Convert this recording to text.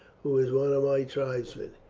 who is one of my tribesmen.